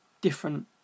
different